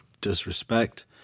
disrespect